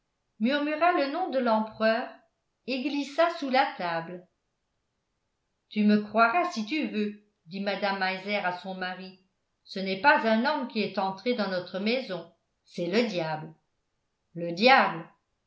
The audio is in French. murmura le nom de l'empereur et glissa sous la table tu me croiras si tu veux dit mme meiser à son mari ce n'est pas un homme qui est entré dans notre maison c'est le diable le diable